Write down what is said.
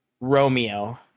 Romeo